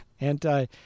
Anti